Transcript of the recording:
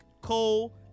Cole